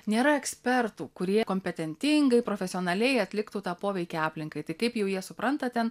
nėra ekspertų kurie kompetentingai profesionaliai atliktų tą poveikį aplinkai tai kaip jau jie supranta ten